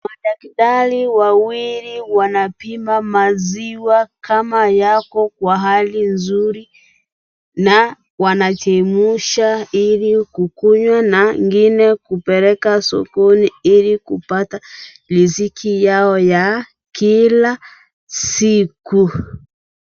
Madaktari wawili wanapima maziwa kama yapo kwa Hali nzuri na wanachemsha ili kukunywa na ngine kupeleka sokoni ili kupata risiki yao ya kila siku.